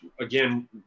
again